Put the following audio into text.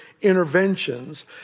interventions